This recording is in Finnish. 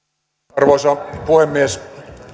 arvoisa puhemies